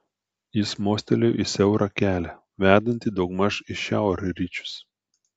jis mostelėjo į siaurą kelią vedantį daugmaž į šiaurryčius